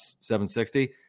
760